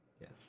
Yes